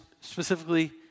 specifically